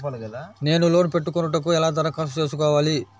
నేను లోన్ పెట్టుకొనుటకు ఎలా దరఖాస్తు చేసుకోవాలి?